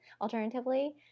alternatively